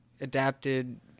adapted